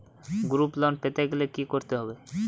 Group loan পেতে গেলে কি করতে হবে?